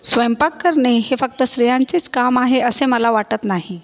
स्वयंपाक करणे हे फक्त स्त्रियांचेच काम आहे असे मला वाटत नाही